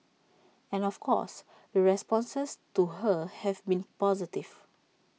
and of course the responses to her have been positive